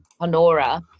Honora